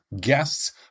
guests